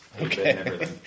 okay